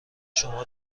شما